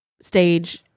stage